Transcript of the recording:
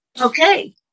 Okay